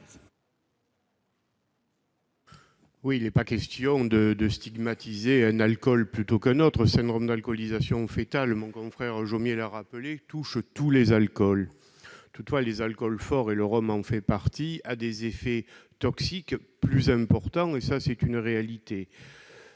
vote. Il n'est pas question de stigmatiser un alcool plutôt qu'un autre. Le syndrome d'alcoolisation foetale, mon confrère Jomier l'a rappelé, touche tous les alcools. Toutefois, les alcools forts, et le rhum en fait partie, ont des effets toxiques plus importants, et c'est une réalité.